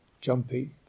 jumpy